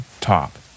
top